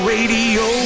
Radio